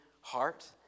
heart